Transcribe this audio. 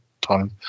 time